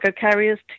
carriers